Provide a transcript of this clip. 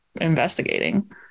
investigating